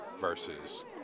versus